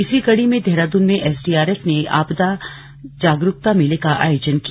इसी कड़ी में देहरादून में एसडीआरएफ ने आपदा जागरूकता मेले का आयोजन किया